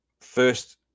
first